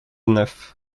neuf